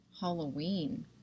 Halloween